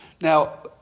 Now